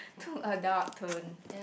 two adult turn